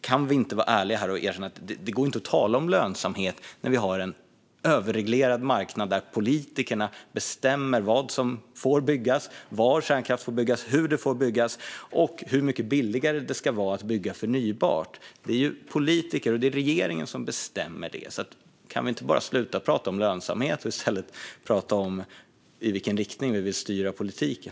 Kan vi inte vara ärliga här och erkänna att det inte går att tala om lönsamhet när vi har en överreglerad marknad där politikerna bestämmer vad som får byggas, var kärnkraften får byggas, hur det får byggas och hur mycket billigare det ska vara att bygga förnybart? Det är ju politiker och regeringen som bestämmer detta. Kan vi inte bara sluta att prata om lönsamhet och i stället prata om i vilken riktning vi vill styra politiken?